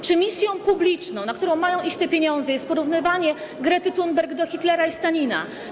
Czy misją publiczną, na którą mają iść te pieniądze, jest porównywanie Grety Thunberg do Hitlera i Stalina?